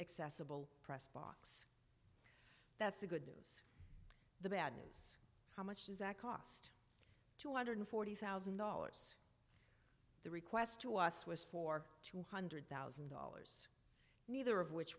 accessible press box that's the good news the bad news how much does that cost two hundred forty thousand dollars the request to us was for two hundred thousand dollars neither of which